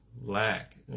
lack